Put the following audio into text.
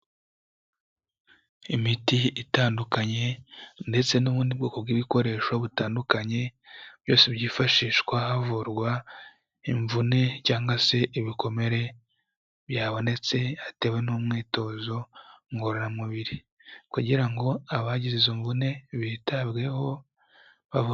Imiti itandukanye ndetse n'ubundi bwoko bw'ibikoresho butandukanye byose byifashishwa havurwa imvune cyanga se ibikomere byabonetse hatewe n'umwitozo ngororamubiri, kugira ngo abagize izo mvune bitabweho bavu.